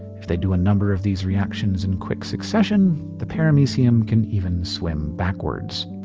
if they do a number of these reactions in quick succession, the paramecium can even swim backwards.